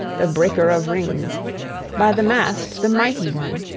the breaker-of-rings, by the mast the mighty one.